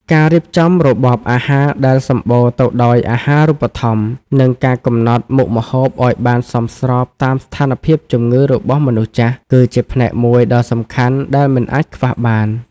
ការរៀបចំរបបអាហារដែលសំបូរទៅដោយអាហារូបត្ថម្ភ និងការកំណត់មុខម្ហូបឱ្យបានសមស្របតាមស្ថានភាពជំងឺរបស់មនុស្សចាស់ គឺជាផ្នែកមួយដ៏សំខាន់ដែលមិនអាចខ្វះបាន។